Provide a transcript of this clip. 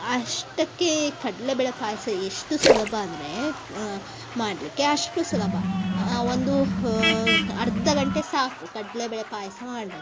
ಅಷ್ಟಕ್ಕೆ ಕಡ್ಲೆಬೇಳೆ ಪಾಯಸ ಎಷ್ಟು ಸುಲಭ ಅಂದರೆ ಮಾಡಲಿಕ್ಕೆ ಅಷ್ಟು ಸುಲಭ ಒಂದು ಹ ಅರ್ಧ ಗಂಟೆ ಸಾಕು ಕಡ್ಲೆಬೇಳೆ ಪಾಯಸ ಮಾಡಲಿಕ್ಕೆ